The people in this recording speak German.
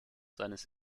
seines